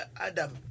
Adam